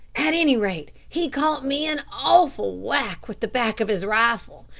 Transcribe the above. at any rate, he caught me an awful whack with the back of his rifle,